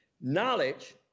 Knowledge